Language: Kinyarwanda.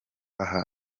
aha